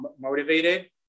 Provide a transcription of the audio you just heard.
motivated